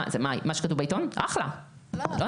מה?